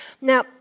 Now